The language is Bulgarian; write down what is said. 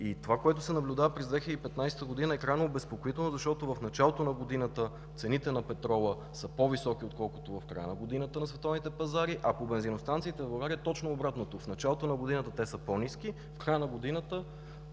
Това, което се наблюдава през 2015 г., е крайно обезпокоително, защото в началото на годината цените на петрола са по-високи, отколкото в края на годината на световните пазари, а по бензиностанциите в България е точно обратното – в началото на годината те са по-ниски, а в края на годината